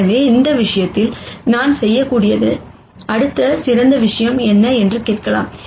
எனவே இந்த விஷயத்தில் நான் செய்யக்கூடிய அடுத்த சிறந்த விஷயம் என்ன என்று கேட்கலாம்